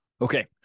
Okay